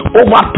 over